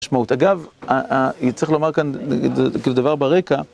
אגב, צריך לומר כאן כאילו דבר ברקע